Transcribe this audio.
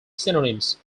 synonyms